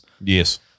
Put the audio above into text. Yes